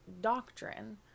doctrine